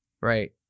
right